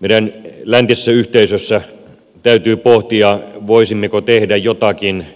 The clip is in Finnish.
meidän läntisessä yhteisössä täytyy pohtia voisimmeko tehdä jotakin